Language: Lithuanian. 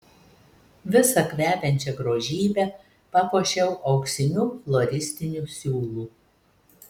visą kvepiančią grožybę papuošiau auksiniu floristiniu siūlu